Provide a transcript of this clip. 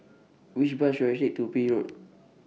Which Bus should I Take to Peel Road